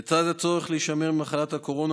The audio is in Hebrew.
לצד הצורך להישמר ממחלת הקורונה,